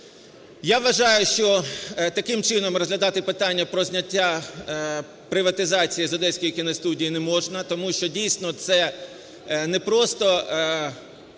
Я вважаю, що таким чином розглядати питання про зняття приватизації з Одеської кіностудії не можна, тому що дійсно це не просто